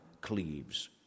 cleaves